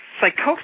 psychosis